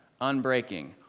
unbreaking